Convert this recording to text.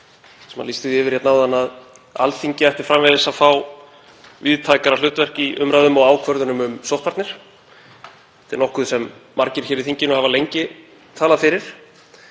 Það er nokkuð sem margir hér í þinginu hafa lengi talað fyrir.